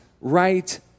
right